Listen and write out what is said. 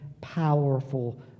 powerful